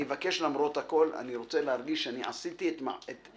אני רוצה להרגיש שאני עשיתי את המיטב